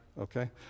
okay